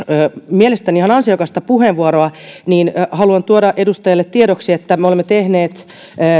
mielestäni ihan ansiokasta puheenvuoroa niin haluan tuoda edustajille tiedoksi että me olemme tehneet